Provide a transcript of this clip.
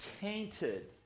tainted